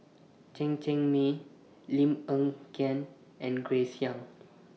Chen Cheng Mei Lim Hng Kiang and Grace Young